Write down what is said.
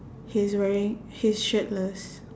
he is wearing he's shirtless